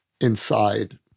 inside